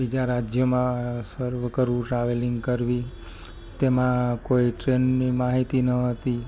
બીજાં રાજ્યમાં શરૂ કરવું ટ્રાવેલિંગ કરવી તેમાં કોઈ ટ્રેનની માહિતી ન હતી